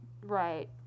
Right